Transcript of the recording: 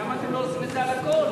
למה אתם עושים את זה רק על